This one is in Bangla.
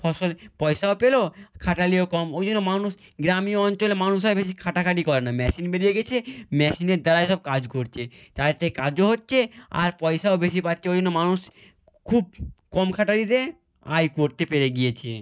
ফসল পয়সাও পেলো খাটালিও কম ওই জন্য মানুষ গ্রামীণ অঞ্চলে মানুষ আর বেশি খাটাখাটি করে না মেশিন বেরিয়ে গেছে মেশিনের দ্বারাই সব কাজ করছে তাইতে কাজও হচ্ছে আর পয়সাও বেশি পাচ্ছে ওই জন্য মানুষ খুব কম খাটনিতে আয় করতে পেরে গিয়েছে